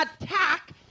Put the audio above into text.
attack